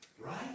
Right